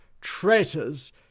Traitors